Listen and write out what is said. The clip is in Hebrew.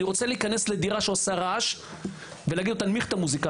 אני רוצה להיכנס לדירה שנעשה בה רעש ולהגיד לו: תנמיך את המוזיקה.